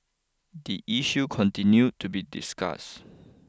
the issue continue to be discussed